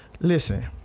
Listen